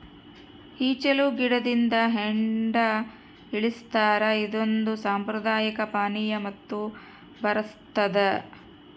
ಈಚಲು ಗಿಡದಿಂದ ಹೆಂಡ ಇಳಿಸ್ತಾರ ಇದೊಂದು ಸಾಂಪ್ರದಾಯಿಕ ಪಾನೀಯ ಮತ್ತು ಬರಸ್ತಾದ